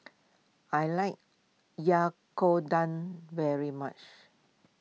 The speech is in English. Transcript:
I like Yakodon very much